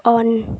on